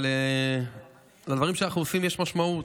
אבל לדברים שאנחנו עושים יש משמעות,